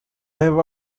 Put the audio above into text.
have